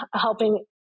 helping